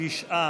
תשעה